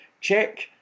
check